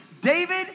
David